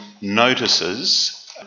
notices